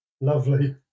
Lovely